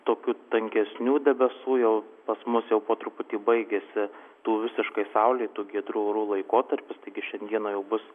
tokių tankesnių debesų jau pas mus jau po truputį baigiasi tų visiškai saulėtų giedrų orų laikotarpis taigi šiandieną jau bus